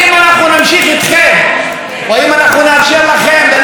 לכם ללכת באותו הכיוון שאתם פוסעים בו,